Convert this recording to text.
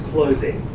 closing